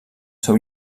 seu